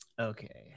Okay